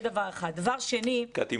קטי,